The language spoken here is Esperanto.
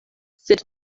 sed